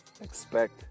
Expect